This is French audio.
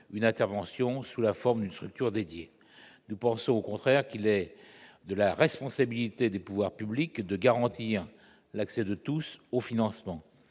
une intervention sous la forme d'une structure dédiée ». Au contraire, nous pensons qu'il est de la responsabilité des pouvoirs publics de garantir l'accès de tous au financement.